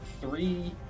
three